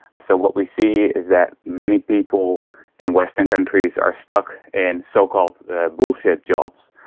so what we see is that many people in western countries are stuck in so-called bullshit jobs.